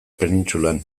penintsulan